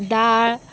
दाळ